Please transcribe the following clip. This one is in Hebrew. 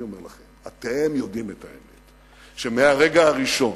אני אומר לכם: אתם יודעים את האמת, שמהרגע הראשון